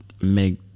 make